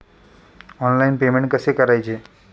Online payment कसे करायचे?